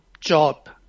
job